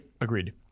agreed